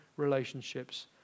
relationships